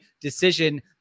decision